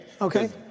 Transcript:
Okay